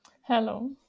Hello